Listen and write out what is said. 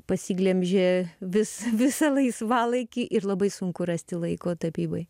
pasiglemžė vis visą laisvalaikį ir labai sunku rasti laiko tapybai